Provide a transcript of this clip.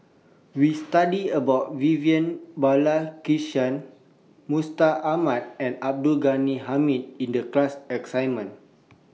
We studied about Vivian Balakrishnan Mustaq Ahmad and Abdul Ghani Hamid in The class assignment